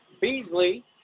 Beasley